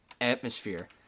atmosphere